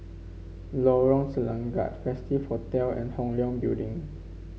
Lorong Selangat Festive Hotel and Hong Leong Building